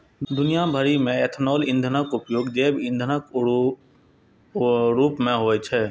दुनिया भरि मे इथेनॉल ईंधनक उपयोग जैव ईंधनक रूप मे होइ छै